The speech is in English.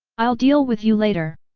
i'll deal with you later!